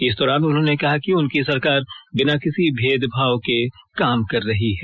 इस दौरान उन्होंने कहा कि उनकी सरकार बिना किसी भेदभाव के काम कर रही है